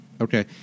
Okay